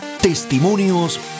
testimonios